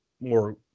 more